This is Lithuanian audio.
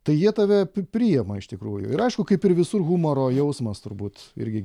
tai jie tave priima iš tikrųjų ir aišku kaip ir visur humoro jausmas turbūt irgi